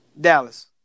Dallas